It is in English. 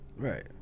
Right